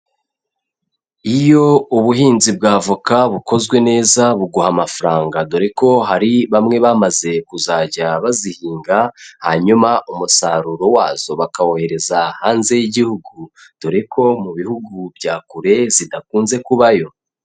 Iyo ubuhinzi bwa avoka bukozwe neza buguha amafaranga, dore ko hari bamwe bamaze kuzajya bazihinga, hanyuma umusaruro wazo bakawohereza hanze y'igihugu, dore ko mu bihugu bya kure zidakunze kubayo.